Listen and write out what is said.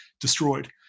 destroyed